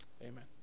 Amen